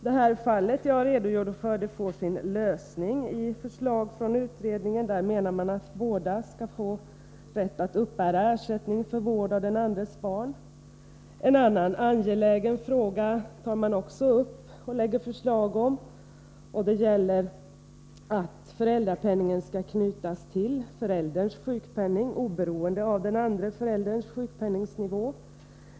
Det fall som jag redogjorde för får sin lösning i förslag från utredningen, där man anser att båda i en familj skall få rätt att uppbära ersättning för vård av barnen. En annan angelägen fråga som man också tar upp i utredningen och lägger fram förslag om gäller att föräldrapenningen skall knytas till förälderns sjukpenning oberoende av den andra förälderns sjukpenningnivå.